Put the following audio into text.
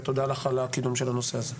ותודה לך על הקידום של הנושא הזה.